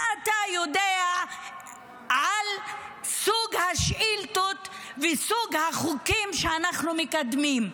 מה אתה יודע על סוג השאילתות וסוג החוקים שאנחנו מקדמים?